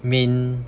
main